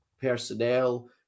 personnel